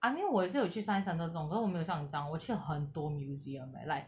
I mean 我也是有去 science centre 这种可是我没有像你这样我去很多 museum eh like